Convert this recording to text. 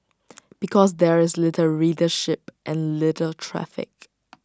because there is little readership and little traffic